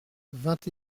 vingt